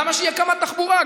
למה שיהיה קמ"ט תחבורה?